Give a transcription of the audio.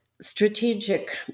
strategic